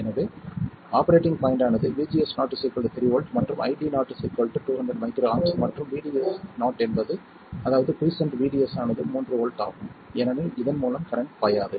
எனவே operating point ஆனது VGS0 3 v மற்றும் ID0 200 µA மற்றும் VDS0 என்பது அதாவது குய்சென்ட் VDS ஆனது 3 வோல்ட் ஆகும் ஏனெனில் இதன் மூலம் கரண்ட் பாயாது